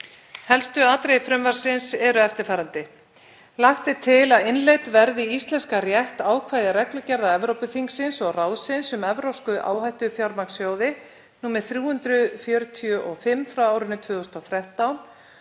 Helstu atriði frumvarpsins eru eftirfarandi: Lagt er til að innleidd verði í íslenskan rétt ákvæði reglugerðar Evrópuþingsins og ráðsins um evrópska áhættufjármagnssjóði (ESB) nr. 345/2013